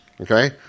Okay